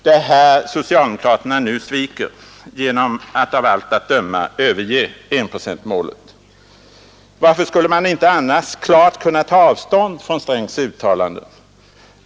Det är här socialdemokraterna nu sviker genom att av allt att döma överge enprocentsmålet. Varför skulle man annars inte klart kunna ta avstånd från herr Strängs uttalanden?